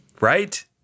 Right